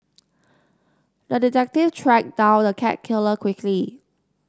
the detective tracked down the cat killer quickly